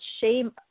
shame